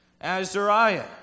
Azariah